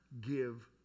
give